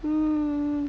um